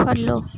follow